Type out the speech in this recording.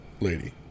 lady